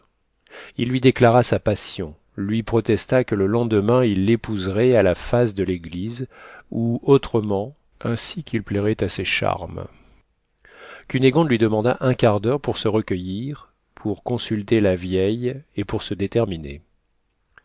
il lui déclara sa passion lui protesta que le lendemain il l'épouserait à la face de l'église ou autrement ainsi qu'il plairait à ses charmes cunégonde lui demanda un quart d'heure pour se recueillir pour consulter la vieille et pour se déterminer